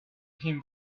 him